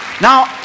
Now